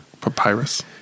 Papyrus